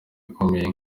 ikomeye